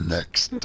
Next